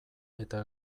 edo